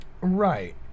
right